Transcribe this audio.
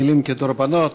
מילים כדרבונות.